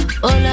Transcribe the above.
Hola